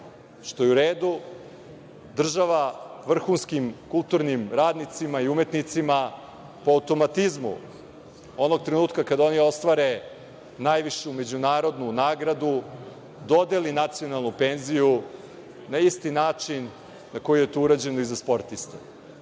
što je u redu, država vrhunskim kulturnim radnicima i umetnicima po automatizmu onog trenutka kada oni ostvare najvišu međunarodnu nagradu dodeli nacionalnu penziju na isti način na koji je to urađeno i za sportiste. Odgovor